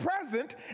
present